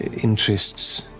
interests.